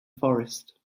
forest